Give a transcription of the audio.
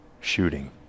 shooting